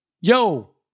yo